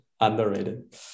underrated